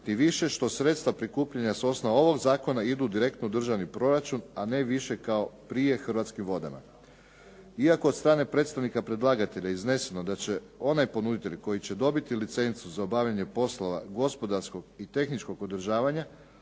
tim više što sredstva prikupljena s osnova ovog zakona idu direktno u državni proračun, a ne više kao prije Hrvatskim vodama. Iako od strane predstavnika predlagatelja izneseno da će onaj ponuditelj koji će dobiti licencu za obavljanje poslova gospodarskog i tehničkog održavanja